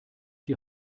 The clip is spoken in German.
die